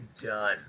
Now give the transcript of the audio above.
done